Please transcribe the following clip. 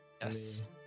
Yes